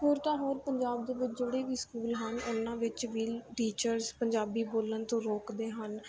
ਹੋਰ ਤਾਂ ਹੋਰ ਪੰਜਾਬ ਦੇ ਵਿੱਚ ਜਿਹੜੇ ਵੀ ਸਕੂਲ ਹਨ ਉਹਨਾਂ ਵਿੱਚ ਵੀ ਟੀਚਰਸ ਪੰਜਾਬੀ ਬੋਲਣ ਤੋਂ ਰੋਕਦੇ ਹਨ